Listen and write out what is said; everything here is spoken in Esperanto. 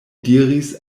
diris